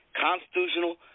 constitutional